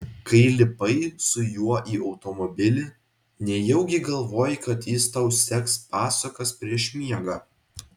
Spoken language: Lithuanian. kai lipai su juo į automobilį nejaugi galvojai kad jis tau seks pasakas prieš miegą